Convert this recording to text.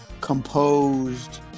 composed